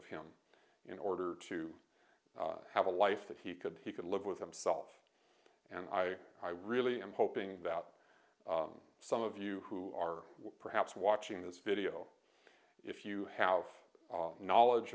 of him in order to have a life that he could he could live with himself and i i really am hoping that some of you who are perhaps watching this video if you have knowledge